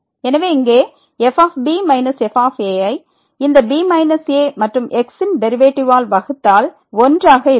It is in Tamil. எனவே இங்கே fb f ஐ இந்த b a மற்றும் x ன் டெரிவேட்டிவ் ஆல் வகுத்தால் 1 ஆக இருக்கும்